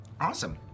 Awesome